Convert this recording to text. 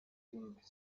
think